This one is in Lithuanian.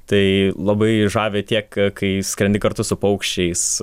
tai labai žavi tiek kai skrendi kartu su paukščiais